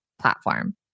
platform